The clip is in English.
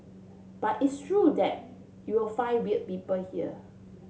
but it's true that you'll find weir people here